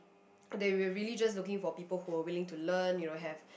they were really just looking for people who were willing to learn you know have